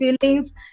feelings